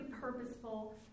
purposeful